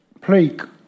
plague